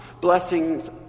blessings